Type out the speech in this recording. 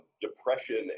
depression